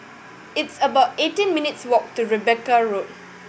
it's about eighteen minutes walk to Rebecca Road